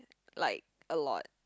like a lot